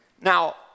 Now